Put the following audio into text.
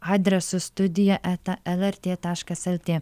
adresu studija eta lrt taškas lt